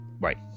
Right